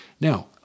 Now